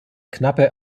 knappe